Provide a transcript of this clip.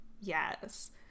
yes